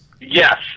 Yes